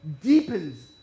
deepens